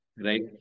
Right